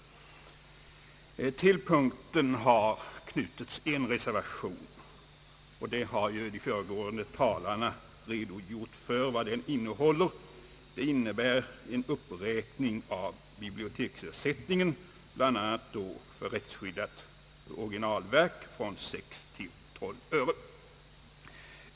Vid punkten har avgivits en reservation, och de föregående talarna har redogjort för vad den innehåller. Den innebär en uppräkning av biblioteksersättningen bl.a. för lån av rättsskyddat svenskt originalverk från 6 till 12 öre.